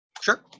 Sure